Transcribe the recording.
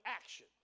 action